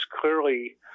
clearly